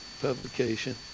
publication